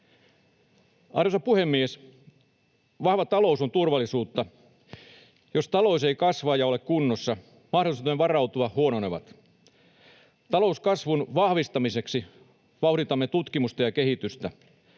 Arvoisa puhemies! Vahva talous on turvallisuutta. Jos talous ei kasva ja ole kunnossa, mahdollisuutemme varautua huononevat. Talouskasvun vahvistamiseksi vauhditamme tutkimusta ja kehitystä.